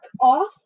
off